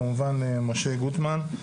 כמובן משה גוטמן.